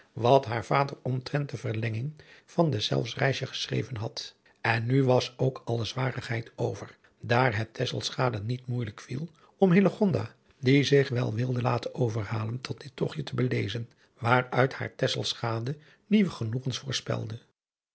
wat haar vader omtrent de verlenging van deszelfs reisje geschreven had en nu was ook alle zwarigheid over daar het tesselschade niet moeijelijk viel om hillegonda die zich wel wilde laten overhalen tot dit togtje te belezen waaruit haar tesselschade nieuwe genoegens